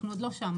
אנחנו עוד לא שם,